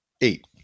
eight